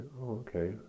okay